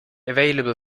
available